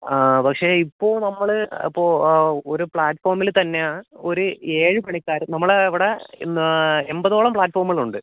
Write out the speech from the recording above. ആ പക്ഷേ ഇപ്പോൾ നമ്മൾ ഇപ്പോൾ ഒരു പ്ലാറ്റ്ഫോമിൽ തന്നെയാണ് ഒരു ഏഴ് പണിക്കാർ നമ്മൾ ഇവിടെ എമ്പതോളം പ്ലാറ്റ്ഫോമുകളുണ്ട്